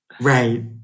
Right